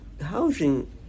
Housing